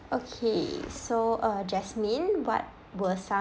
okay so uh jasmine what were some